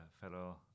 fellow